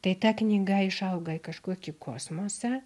tai ta knyga išauga į kažkokį kosmosą